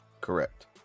correct